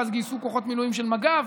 ואז גייסו כוחות מילואים של מג"ב.